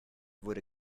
wurde